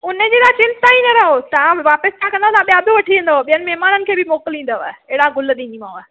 हुन जी तव्हां चिंता ई न रखो तव्हां वापसि न कंदा तव्हां ॿिया बि वठी वेंदव ॿियनि महिमाननि खे बि मोकिलींदव अहिड़ा गुल ॾींदीमांव